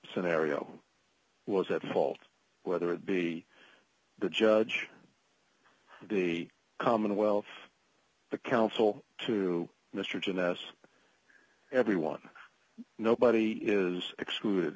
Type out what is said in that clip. scenario was at fault whether it be the judge the commonwealth the counsel to mr jonas everyone nobody is excluded